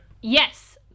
Yes